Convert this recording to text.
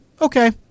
okay